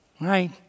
right